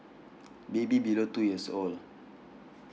baby below two years old